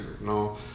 No